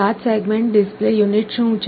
7 segment display unit શું છે